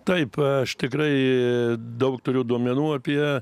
taip aš tikrai daug turiu duomenų apie